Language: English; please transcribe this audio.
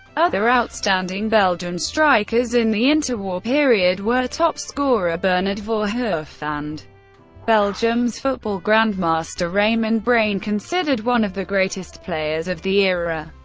other outstanding belgian strikers in the interwar period were top scorer bernard voorhoof and belgium's football grandmaster raymond braine, considered one of the greatest players of the era.